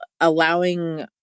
allowing